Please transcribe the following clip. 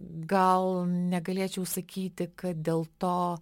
gal negalėčiau sakyti kad dėl to